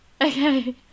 Okay